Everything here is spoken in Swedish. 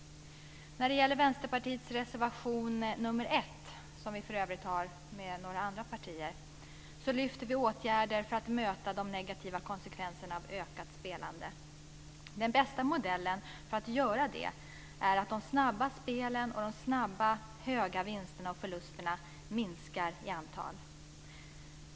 När det gäller Vänsterpartiets reservation nr 1, som vi för övrigt har med några andra partier, lyfter vi åtgärder för att möta de negativa konsekvenserna av ökat spelande. Den bästa modellen för att göra det är att de snabba spelen och de snabba höga vinsterna och förlusterna minskar i antal.